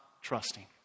trusting